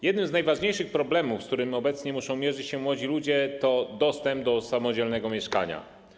Jednym z najważniejszych problemów, z którym obecnie muszą mierzyć się młodzi ludzie, jest dostęp do samodzielnego mieszkania.